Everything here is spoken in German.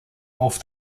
auf